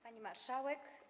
Pani Marszałek!